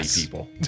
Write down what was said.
people